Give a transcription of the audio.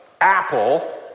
Apple